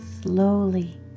slowly